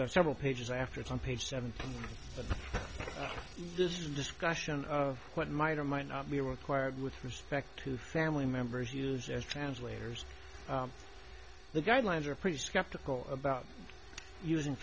that several pages after it's on page seventeen but this is a discussion of what might or might not be required with respect to family members use as translators the guidelines are pretty skeptical about using